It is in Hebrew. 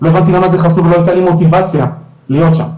לא הבנתי למה זה חשוב להיות עם מוטיבציה להיות שם,